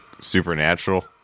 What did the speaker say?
supernatural